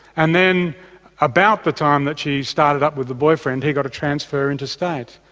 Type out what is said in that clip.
and then about the time that she started up with the boyfriend he got a transfer interstate,